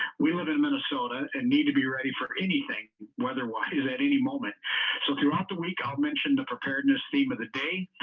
we live in minnesota and need to be ready for anything weather-wise at any moment so throughout the week, i'll mention the preparedness theme of the day.